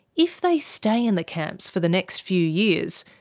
if they stay in the camps for the next few years.